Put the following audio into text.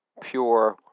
pure